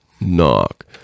knock